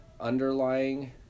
underlying